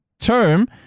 Term